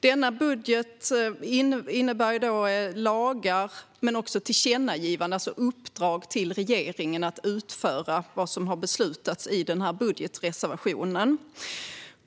Denna budget innebar lagar men också tillkännagivanden, alltså uppdrag till regeringen att utföra vad som hade beslutats i denna budgetreservation.